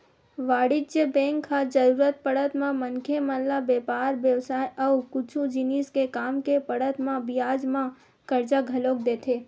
वाणिज्य बेंक ह जरुरत पड़त म मनखे मन ल बेपार बेवसाय अउ कुछु जिनिस के काम के पड़त म बियाज म करजा घलोक देथे